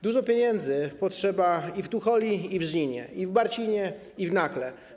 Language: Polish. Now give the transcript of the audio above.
Dużo pieniędzy potrzeba i w Tucholi, i w Żninie, i w Barcinie, i w Nakle.